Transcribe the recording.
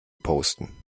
posten